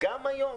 גם היום.